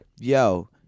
yo